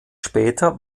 später